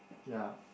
ya